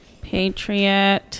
Patriot